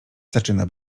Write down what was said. zaczyna